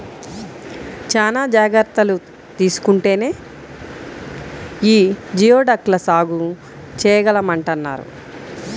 చానా జాగర్తలు తీసుకుంటేనే యీ జియోడక్ ల సాగు చేయగలమంటన్నారు